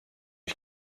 ich